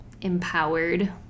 empowered